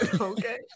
Okay